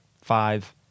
five